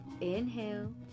inhale